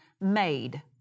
made